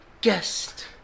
Guest